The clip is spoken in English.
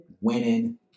winning